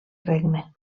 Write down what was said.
regne